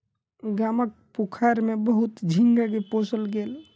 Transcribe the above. गामक पोखैर में बहुत झींगा के पोसल गेल